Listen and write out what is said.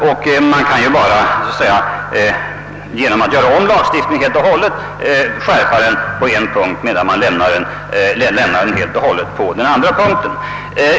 Man kan ju bara ge nom att göra om lagstiftningen helt och hållet skärpa bestraffning av distribution och lämna innehavet orört.